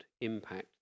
impact